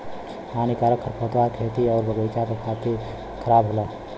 हानिकारक खरपतवार खेती आउर बगईचा क खातिर खराब होला